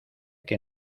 que